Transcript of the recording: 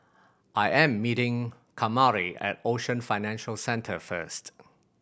I am meeting Kamari at Ocean Financial Centre first